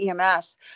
EMS